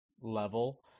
level